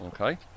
Okay